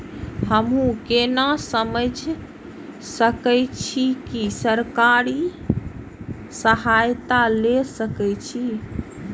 हमू केना समझ सके छी की सरकारी सहायता ले सके छी?